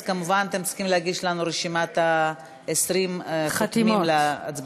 אז כמובן אתם צריכים להגיש לנו רשימת 20 חותמים להצבעה.